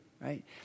right